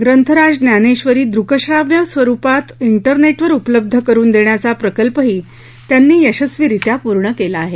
ग्रंथराज ज्ञानेक्षरी दृकश्राव्य रूपात टेरनेटवर उपलब्ध करून देण्याचा प्रकल्पही त्यांनी यशस्वीरीत्या पूर्ण केला आहे